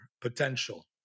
potential